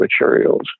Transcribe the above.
materials